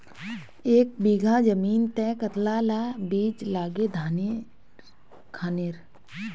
एक बीघा जमीन तय कतला ला बीज लागे धानेर खानेर?